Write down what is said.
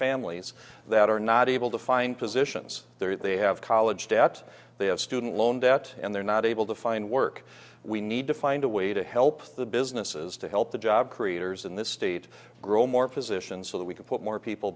families that are not able to find positions they have college debt they have student loan debt and they're not able to find work we need to find a way to help the businesses to help the job creators in this state grow more positions so that we can put more people